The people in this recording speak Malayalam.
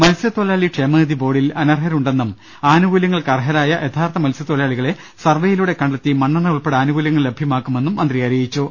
മത്സ്യത്തൊഴിലാളി ക്ഷേമനിധി ബോർഡിൽ അനർഹരുണ്ടെന്നും ആനുകൂല്യങ്ങൾക്കർഹരായ യഥാർത്ഥ മത്സ്യത്തൊഴിലാളികളെ സർവെയിലൂടെ കണ്ടെത്തി മണ്ണെണ്ണ ഉൾപ്പെടെ ആനുകൂല്യങ്ങൾ ലഭ്യമാക്കുമെന്നും മന്ത്രി അറിയി ച്ചു